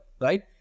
right